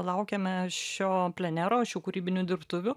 laukiame šio plenero šių kūrybinių dirbtuvių